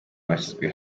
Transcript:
bashyizwe